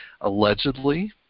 Allegedly